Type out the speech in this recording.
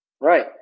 Right